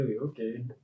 okay